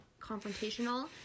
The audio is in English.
Confrontational